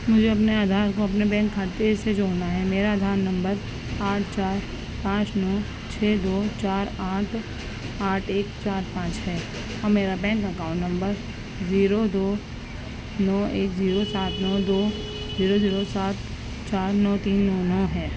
مجھے اپنے آدھار کو اپنے بینک کھاتے سے جوڑنا ہے میرا آدھار نمبر آٹھ چار پانچ نو چھ دو چار آٹھ آٹھ ایک چار پانچ ہے اور میرا بینک اکاؤن نمبر زیرو دو نو ایک زیرو سات نو دو زیرو زیرو سات چار نو تین نو نو ہے